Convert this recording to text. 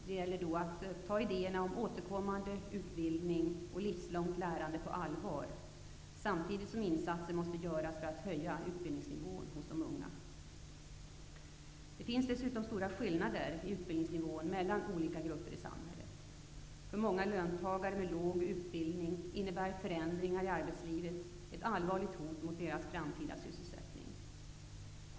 Det gäller då att ta ide erna om återkommande utbildning och livslångt lärande på allvar samtidigt som insatser måste göras för att höja utbildningsnivån hos de unga. Det finns dessutom stora skillnader i utbildningsnivå mellan olika grupper i samhället. För många löntagare med låg utbildning innebär förändringar i arbetslivet ett allvarligt hot mot deras framtida sysselsättning.